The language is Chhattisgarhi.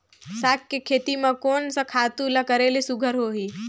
साग के खेती म कोन स खातु ल करेले सुघ्घर होही?